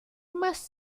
must